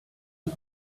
und